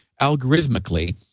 algorithmically